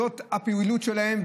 זאת הפעילות שלהם,